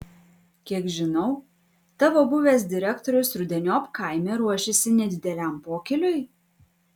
kiek žinau tavo buvęs direktorius rudeniop kaime ruošiasi nedideliam pokyliui